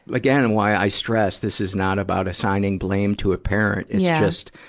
again, and why i stress, this is not about assigning blame to a parent. it's just,